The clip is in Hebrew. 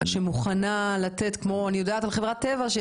להוסיף בנוגע לחינוך.